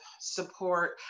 support